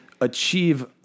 achieve